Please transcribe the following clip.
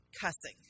cussing